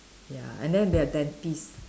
ya and then their dentists